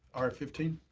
r fifteen.